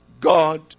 God